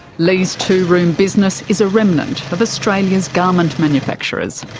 li's two-room business is a remnant of australia's garment manufacturers.